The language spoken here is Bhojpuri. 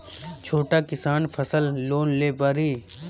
छोटा किसान फसल लोन ले पारी?